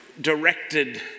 directed